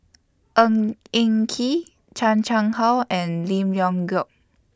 Ng Eng Kee Chan Chang How and Lim Leong Geok